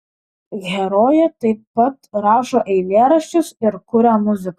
herojė taip pat rašo eilėraščius ir kuria muziką